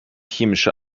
chemische